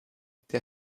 der